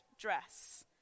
dress